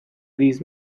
these